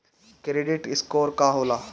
Credit score का होला?